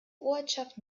ortschaft